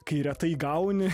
kai retai gauni